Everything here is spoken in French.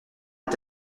est